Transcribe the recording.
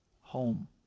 home